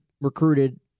recruited